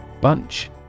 Bunch